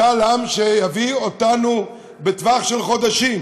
משאל עם שיביא אותנו בטווח של חודשים